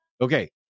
okay